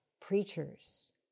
preachers